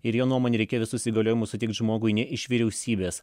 ir jo nuomone reikia visus įgaliojimus suteikt žmogui ne iš vyriausybės